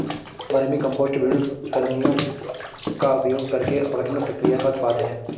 vermicompost विभिन्न कृमियों का उपयोग करके अपघटन प्रक्रिया का उत्पाद है